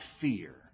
fear